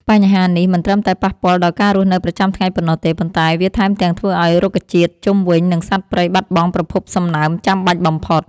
បញ្ហានេះមិនត្រឹមតែប៉ះពាល់ដល់ការរស់នៅប្រចាំថ្ងៃប៉ុណ្ណោះទេ ប៉ុន្តែវាថែមទាំងធ្វើឱ្យរុក្ខជាតិជុំវិញ និងសត្វព្រៃបាត់បង់ប្រភពសំណើមចាំបាច់បំផុត។